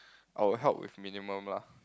I will help with minimum lah